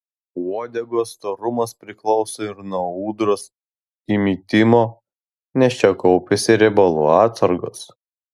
uodegos storumas priklauso ir nuo ūdros įmitimo nes čia kaupiasi riebalų atsargos